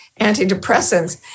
antidepressants